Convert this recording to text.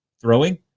throwing